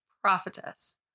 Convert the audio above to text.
Prophetess